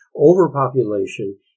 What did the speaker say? overpopulation